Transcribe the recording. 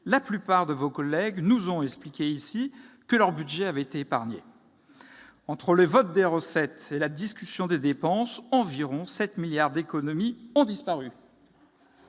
la plupart de vos collègues nous ont expliqué que leur budget avait été épargné ... Entre le vote des recettes et la discussion des dépenses, environ 7 milliards d'euros d'économies ont disparu.